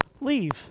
leave